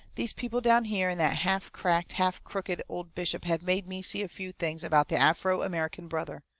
these people down here and that half-cracked, half-crooked old bishop have made me see a few things about the afro-american brother.